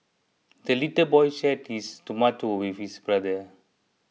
the little boy shared his tomato with his brother